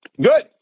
good